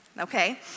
Okay